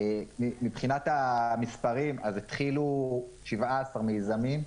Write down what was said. מבחינת המספרים התחילו 17 מיזמים,